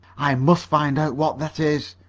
i must find out what that is,